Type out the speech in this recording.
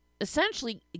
essentially